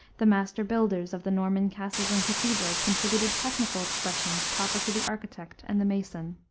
the master-builders of the norman castles and cathedrals contributed technical expressions proper to the architect and the mason.